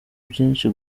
byinshi